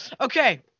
Okay